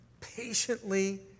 patiently